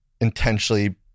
intentionally